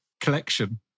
collection